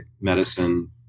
medicine